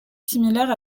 similaire